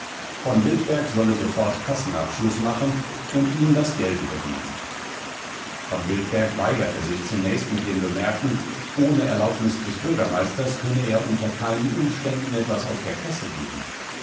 v wiltberg solle sofort kassenabschluß machen und ihm das geld übergeben v wiltberg weigerte sich zunächst mit dem bemerken ohne erlaubnis des bürgermeisters könne er unter keinen umständen etwas aus der kasse geben